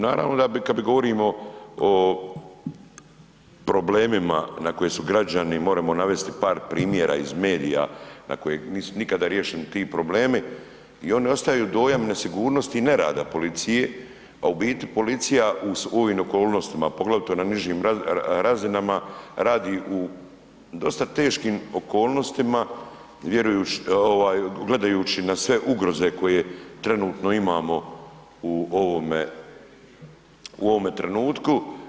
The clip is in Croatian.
Naravno da bi, kad govorimo o problemima na koje su građani, moramo navesti par primjera iz medija, na koje nisu nikada riješeni ti problemi i onda ostavljaju dojam nesigurnosti i nerada policije, a u biti policija u ovim okolnostima, poglavito na nižim razinama radi u dosta teškim okolnostima, gledajući na sve ugroze koje trenutno imamo u ovome trenutku.